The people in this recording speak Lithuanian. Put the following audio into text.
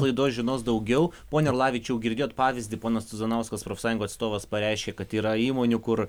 laidos žinos daugiau pone orlavičiau girdėjot pavyzdį ponas cuzanauskas profsąjungų atstovas pareiškė kad yra įmonių kur